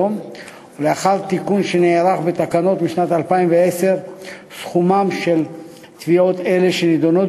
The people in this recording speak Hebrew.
ולאחר תיקון שנערך בתקנות בשנת 2010 סכומן של תביעות אלו שנדונות